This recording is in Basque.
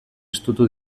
estutu